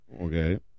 okay